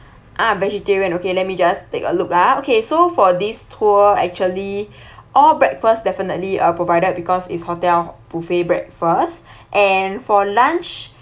ah vegetarian okay let me just take a look ah okay so for this tour actually all breakfast definitely uh provided because it's hotel buffet breakfast and for lunch